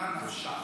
ממה נפשך?